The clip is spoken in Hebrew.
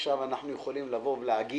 עכשיו אנחנו יכולים להגיד,